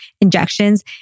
injections